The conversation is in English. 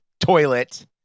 toilet